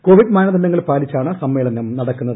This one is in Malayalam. കോവിഡ് മാനദണ്ഡങ്ങൾ പാലിച്ചാണ് സമ്മേളനം നടക്കുന്നത്